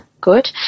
good